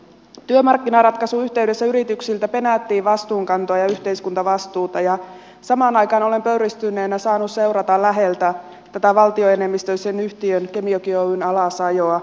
työmarkkinaratkaisun yhteydessä yrityksiltä penättiin vastuunkantoa ja yhteiskuntavastuuta ja samaan aikaan olen pöyristyneenä saanut seurata läheltä tätä valtioenemmistöisen yhtiön kemijoki oyn alasajoa